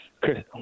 Chris